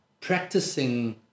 practicing